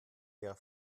ihrer